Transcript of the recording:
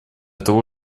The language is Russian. того